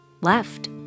left